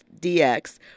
DX